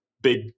big